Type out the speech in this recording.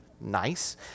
nice